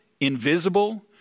invisible